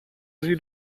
sie